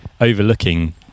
overlooking